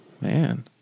Man